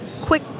quick